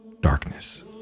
Darkness